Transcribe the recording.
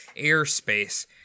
airspace